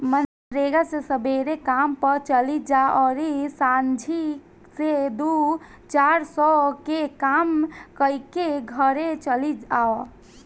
मनरेगा मे सबेरे काम पअ चली जा अउरी सांझी से दू चार सौ के काम कईके घरे चली आवअ